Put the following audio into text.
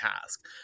task